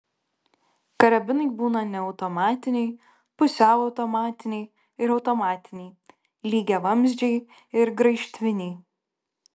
karabinai būna neautomatiniai pusiau automatiniai ir automatiniai lygiavamzdžiai ir graižtviniai